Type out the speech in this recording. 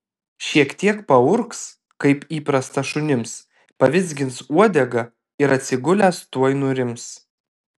šiek tiek paurgs kaip įprasta šunims pavizgins uodega ir atsigulęs tuoj nurims